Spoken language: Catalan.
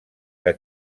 que